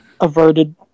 averted